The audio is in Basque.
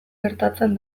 gertatzen